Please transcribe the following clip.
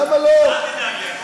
אל תדאג לי, הכול בסדר.